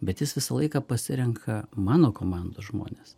bet jis visą laiką pasirenka mano komandos žmones